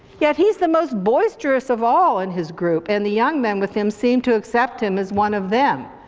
yet he's the most boisterous of all in his group and the young men with him seem to accept him as one of them.